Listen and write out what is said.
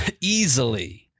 Easily